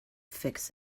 fix